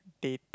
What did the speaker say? dead